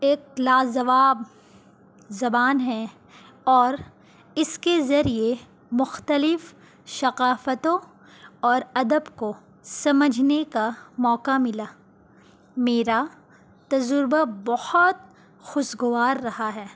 ایک لاجواب زبان ہے اور اس کے ذریعے مختلف شقافتوں اور ادب کو سمجھنے کا موقع ملا میرا تجربہ بہت خوشگوار رہا ہے